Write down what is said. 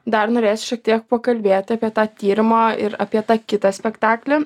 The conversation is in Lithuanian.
dar norėsiu šiek tiek pakalbėti apie tą tyrimą ir apie tą kitą spektaklį